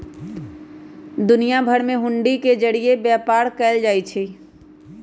दुनिया भर में हुंडी के जरिये व्यापार कएल जाई छई